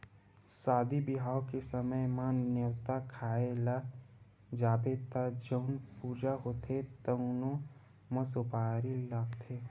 सादी बिहाव के समे म, नेवता खाए ल जाबे त जउन पूजा होथे तउनो म सुपारी लागथे